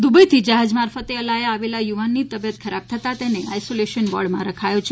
દુબઇથી જહાજ મારફતે અલાયા આવેલા યુવાનની તબીયત ખરાબ થતા તેને આઇસોલેશન વોર્ડમાં રખાયો છે